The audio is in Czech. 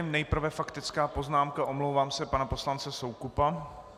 Nejprve faktická poznámka, omlouvám se, pana poslance Soukupa.